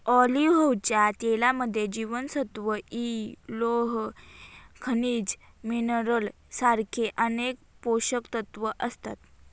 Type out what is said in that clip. ऑलिव्हच्या तेलामध्ये जीवनसत्व इ, लोह, खनिज मिनरल सारखे अनेक पोषकतत्व असतात